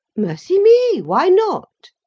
mercy me! why not?